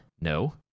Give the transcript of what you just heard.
No